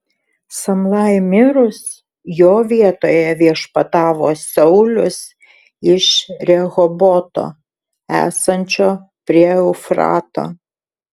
samlai mirus jo vietoje viešpatavo saulius iš rehoboto esančio prie eufrato